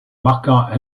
marquant